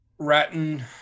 Ratton